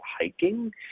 hiking